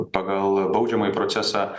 pagal baudžiamąjį procesą